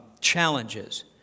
challenges